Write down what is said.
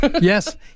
Yes